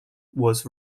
was